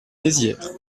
mézières